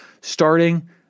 Starting